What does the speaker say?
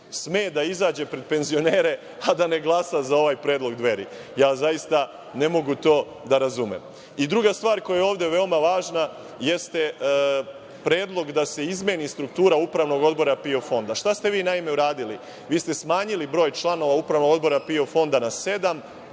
sme da izađe pred penzionere a da ne glasa za ovaj predlog „Dveri“. Zaista ne mogu to da razumem. Druga stvar koja je ovde veoma važna jeste predlog da se izmeni struktura Upravnog odbora PIO fonda. Šta ste vi, naime, uradili? Vi ste smanjili broj članova Upravnog odbora PIO fonda na sedam,